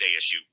ASU